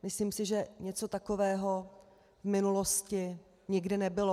Myslím si, že něco takového v minulosti nikdy nebylo.